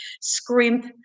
scrimp